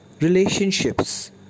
relationships